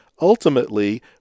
Ultimately